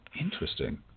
interesting